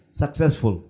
successful